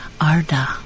Arda